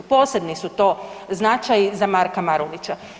Posebni su to značaji za Marka Marulića.